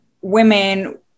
women